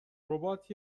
ربات